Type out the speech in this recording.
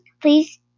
please